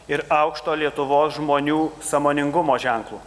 ir aukšto lietuvos žmonių sąmoningumo ženklu